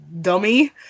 dummy